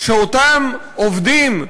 שאותם עובדים,